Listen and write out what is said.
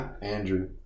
Andrew